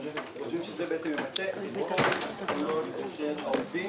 ואנחנו חושבים שזה ימצה את רוב הזכויות של העובדים